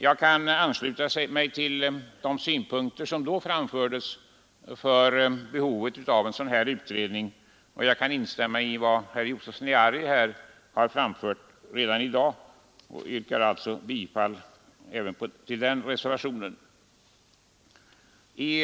Jag kan ansluta mig till de synpunkter som då framfördes om behovet av en sådan utredning. Jag kan också instämma i vad herr Josefson framfört tidigare i dag och yrkar följaktligen bifall även till reservationen 2.